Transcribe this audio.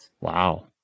Wow